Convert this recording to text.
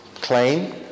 claim